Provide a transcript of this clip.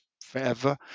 forever